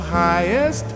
highest